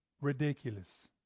ridiculous